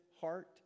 heart